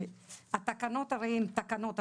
התקנות הן תקנות,